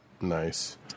nice